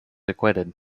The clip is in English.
acquitted